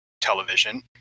television